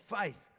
faith